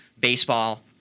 baseball